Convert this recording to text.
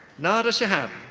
nada shehab.